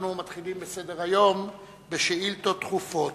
אנחנו מתחילים בסדר-היום בשאילתות דחופות.